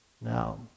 Now